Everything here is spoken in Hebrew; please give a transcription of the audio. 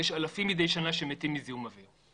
יש אלפים מדי שנה שמתים מזיהום אוויר.